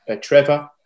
Trevor